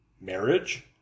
Marriage